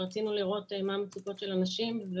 רצינו לראות מה המצוקות של אנשים.